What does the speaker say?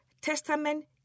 Testament